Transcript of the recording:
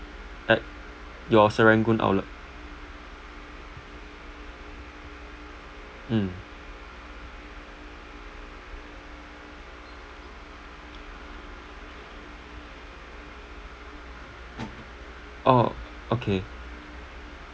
at your serangoon outlet mm orh okay